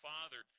Father